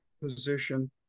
position